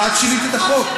את שינית את החוק.